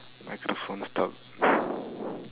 microphone stop